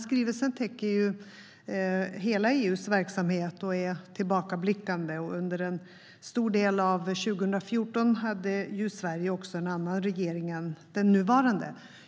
Skrivelsen täcker hela EU:s verksamhet och är tillbakablickande, och under en stor del av 2014 hade Sverige också en annan regering än den nuvarande.